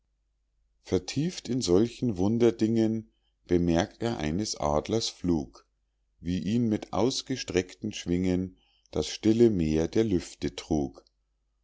vertieft in solchen wunderdingen bemerkt er eines adlers flug wie ihn mit ausgestreckten schwingen das stille meer der lüfte trug